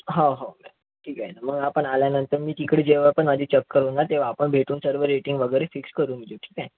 हाव हो ठीक आहे नं मग आपण आल्यानंतर मी तिकडे जेव्हा पण माझी चक्कर होणार तेव्हा आपण भेटून सर्व रेटिंग वगैरे फिक्स करून घेऊ ठीक आहे